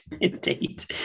Indeed